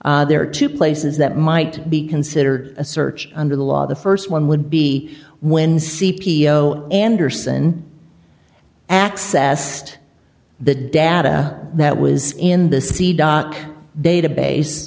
s there are two places that might be considered a search under the law the st one would be when c p o anderson accessed the data that was in the sea dock database